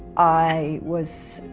i was.